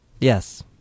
Yes